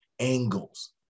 angles